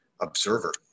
observer